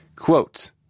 Quote